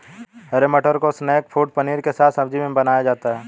हरे मटर को snack food paneer के साथ सब्जी में बनाया जाता है